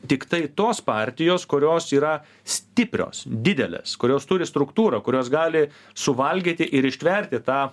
tiktai tos partijos kurios yra stiprios didelės kurios turi struktūrą kurios gali suvalgyti ir ištverti tą